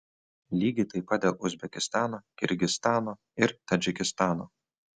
lygiai taip pat dėl uzbekistano kirgizstano ir tadžikistano